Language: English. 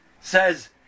says